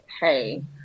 hey